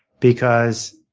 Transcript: because